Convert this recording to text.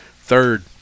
Third